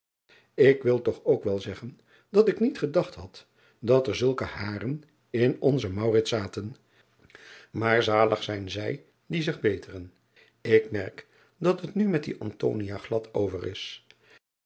k wil toch ook wel zeggen dat ik niet gedacht had dat er zulke haren in onzen zaten aar zalig zijn zij die zich beteren k merk dat het nu met die glad over is